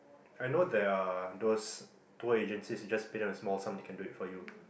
I know there are those tour agencies you just pay a small sum they can it do for you